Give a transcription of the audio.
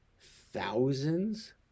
thousands